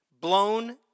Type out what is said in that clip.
blown